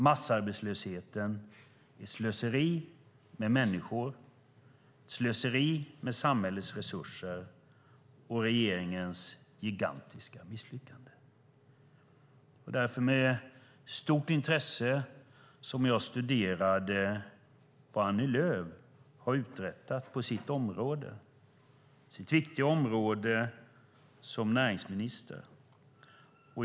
Massarbetslösheten är slöseri med människor och samhällsresurser. Det är regeringens gigantiska misslyckande. Det var därför med stort intresse jag studerade vad Annie Lööf uträttat på sitt viktiga område som näringsminister.